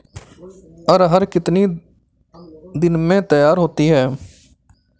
अरहर कितनी दिन में तैयार होती है?